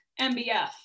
MBF